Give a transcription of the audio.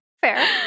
Fair